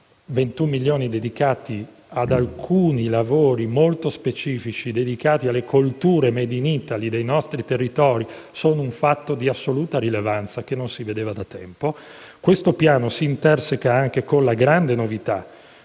milioni dedicati ad alcuni lavori molto specifici, specificamente alle colture *made in Italy* dei nostri territori, sono un fatto di assoluta rilevanza che non si vedeva da tempo. Questo Piano si interseca anche con la grande novità